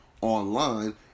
online